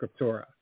Scriptura